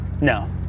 No